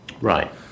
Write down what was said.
Right